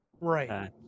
Right